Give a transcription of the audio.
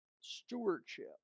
stewardship